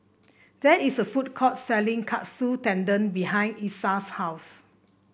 there is a food court selling Katsu Tendon behind Isiah's house